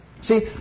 See